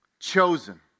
Chosen